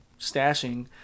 stashing